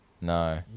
No